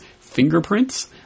fingerprints